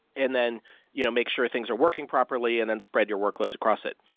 and then you know make sure things are working properly and then spread your workloads across it.